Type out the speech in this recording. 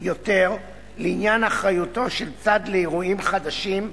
יותר לעניין אחריותו של צד לאירועים חדשים,